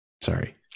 Sorry